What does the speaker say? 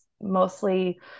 mostly